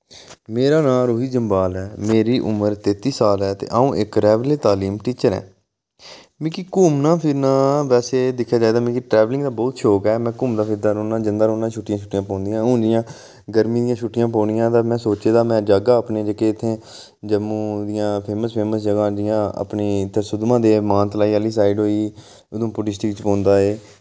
मेरा नांऽ रोहित जम्बाल ऐ मेरी उम्र तेती साल ऐ ते अऊं इक रैवरे तालीम टीचर ऐं मिकी घुम्मना फिरना वैसे दिक्खेआ जाए ते मिकी ट्रैवेलिंग दा बहुत शौक ऐ मैं घुमदा फिरदा रोह्ना जन्दा रोह्ना छुट्टियां छुट्टियां पौंदियां हुन जि'यां गर्मी दियां छुट्टियां पोनियां ते मैं सोच्चे दा मे जाह्गा अपने जेह्के इत्थै जम्मू दि'यां फेमस फेमस जगहं न जि'यां अपनी इद्दर सुद्धमहादेव मानतलाई आह्ली साइड होई गेई उधमपुर डिस्ट्रिक च पौंदा ए